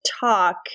talk